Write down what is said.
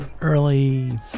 early